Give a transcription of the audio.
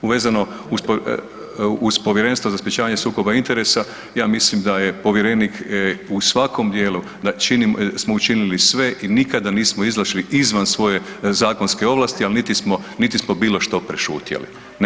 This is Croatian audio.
Vezano uz, uz Povjerenstvo za sprječavanje sukoba interesa ja mislim da je povjerenik u svakom dijelu, da činim, da smo učinili sve i nikada nismo izašli izvan svoje zakonske ovlasti, al niti smo, niti smo bilo što prešutjeli.